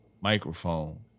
Microphone